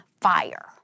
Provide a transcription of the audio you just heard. fire